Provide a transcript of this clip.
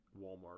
Walmart